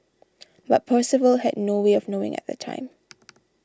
but Percival had no way of knowing at the time